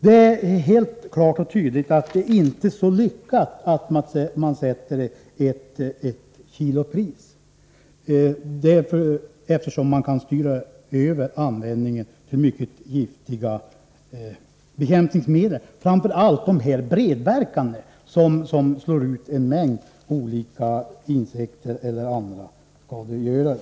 Det framgår således klart och tydligt att det inte är så lyckat med ett kilopris, eftersom man i så fall kan styra över användningen till mycket giftiga bekämpningsmedel — framför allt de bredverkande, som slår ut en mängd olika insekter och andra skadegörare.